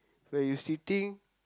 where you sitting